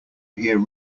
hear